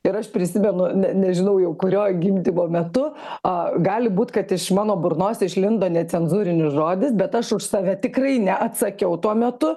ir aš prisimenu nežinau jau kurio gimdymo metu gali būt kad iš mano burnos išlindo necenzūrinis žodis bet aš už save tikrai neatsakiau tuo metu